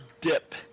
dip